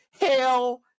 Hell